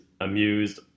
amused